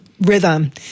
rhythm